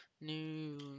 New